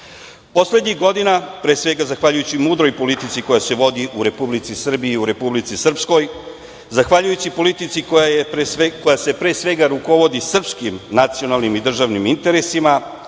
gubitnici. Poslednjih godina, zahvaljujući mudroj politici koja se vodi u Republici Srbiji i Republici Srpskoj, zahvaljujući politici koja se, pre svega, rukovodi srpskim nacionalnim i državnim interesima,